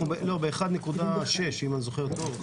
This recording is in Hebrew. אנחנו ב-1.6% אם אני זוכר טוב.